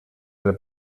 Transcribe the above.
del